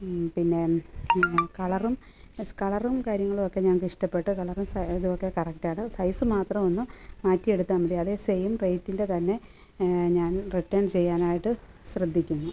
പിന്നെ കളറും യെസ് കളറും കാര്യങ്ങളുമൊക്കെ ഞങ്ങൾക്ക് ഇഷ്ടപ്പെട്ടു കളറും സ ഇതുമൊക്കെ കറക്റ്റ് ആണ് സൈസ് മാത്രം ഒന്ന് മാറ്റി എടുത്താൽ മതി അതേ സെയിം റേറ്റിൻ്റെ തന്നെ ഞാൻ റിട്ടേൺ ചെയ്യാനായിട്ട് ശ്രദ്ധിക്കുന്നു